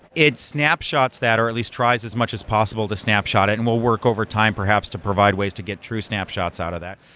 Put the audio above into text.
it snapshots that or least tries as much as possible to snapshot it and will work overtime perhaps to provide ways to get true snapshots out of that,